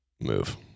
Move